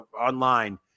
online